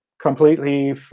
completely